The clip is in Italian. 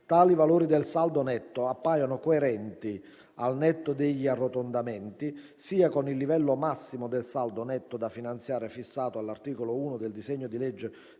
Tali valori del saldo netto appaiono coerenti, al netto degli arrotondamenti, sia con il livello massimo del saldo netto da finanziare fissato dall’articolo 1 del disegno di legge